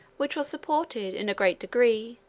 which was supported, in a great degree,